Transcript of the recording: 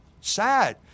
sad